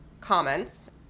comments